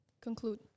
conclude